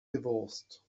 divorced